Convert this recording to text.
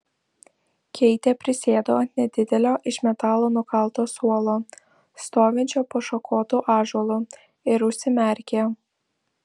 keitė prisėdo ant nedidelio iš metalo nukalto suolo stovinčio po šakotu ąžuolu ir užsimerkė